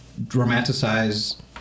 romanticize